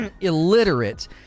illiterate